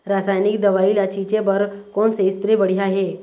रासायनिक दवई ला छिचे बर कोन से स्प्रे बढ़िया हे?